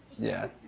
yeah.